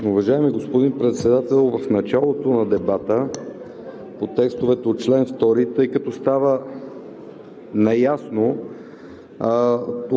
Уважаеми господин Председател, в началото на дебата по текстовете от чл. 2, тъй като става неясно